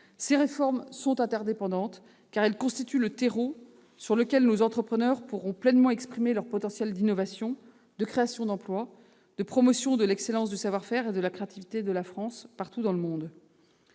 Ces réformes interdépendantes constitueront le terreau sur lequel nos entrepreneurs pourront pleinement exprimer leur potentiel d'innovation, de création d'emplois et de promotion de l'excellence du savoir-faire et de la créativité de la France partout dans le monde.